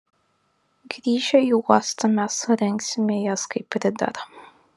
grįžę į uostą mes surengsime jas kaip pridera